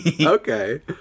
Okay